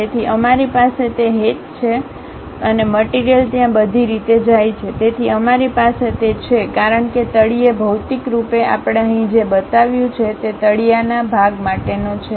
તેથી અમારી પાસે તે હેચ્સ છે અને મટીરીયલ ત્યાં બધી રીતે જાય છે તેથી અમારી પાસે તે છે કારણ કે તળિયે ભૌતિક રૂપે આપણે અહીં જે બતાવ્યું છે તે તળિયાના ભાગ માટેનો છે